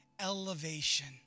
elevation